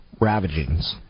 ravagings